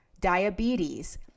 diabetes